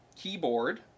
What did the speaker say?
keyboard